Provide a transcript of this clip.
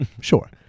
Sure